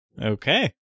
Okay